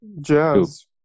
Jazz